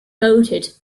voted